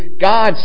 God